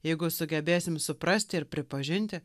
jeigu sugebėsim suprasti ir pripažinti